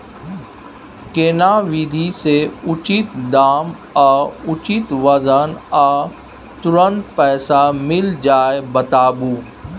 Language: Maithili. केना विधी से उचित दाम आ उचित वजन आ तुरंत पैसा मिल जाय बताबू?